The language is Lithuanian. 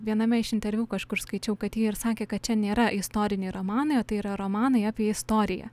viename iš interviu kažkur skaičiau kad ji ir sakė kad čia nėra istoriniai romanai o tai yra romanai apie istoriją